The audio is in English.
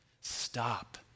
stop